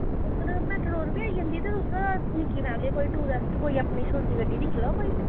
उद्धर मैटाडोर बी आई जंदी ते तुस निक्की बैन कोई टूरिस्ट कोई अपनी छोटी गड्डी दिक्खी लैओ कोई